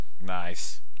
Nice